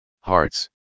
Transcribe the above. hearts